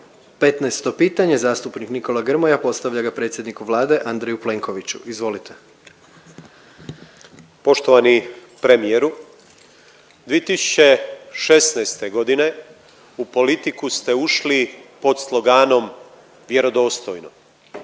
pitanje zastupnik Nikola Grmoja postavlja ga predsjedniku Vlade Andreju Plenkoviću. Izvolite. **Grmoja, Nikola (MOST)** Poštovani premijeru, 2016. godine u politiku ste ušli pod sloganom „Vjerodostojno“